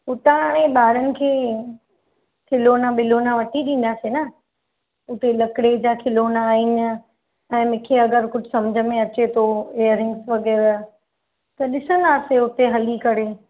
हुतां हाणे ॿारनि खे खिलोना बिलोना वठी ॾिंदासीं न हुते लकड़े जा खिलोना आइन ऐं मूंखे अॻरि कुझु सम्झ में अचे थो ईयरिंगस वग़ैरह त ॾिसंदासीं हुते हली करे